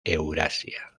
eurasia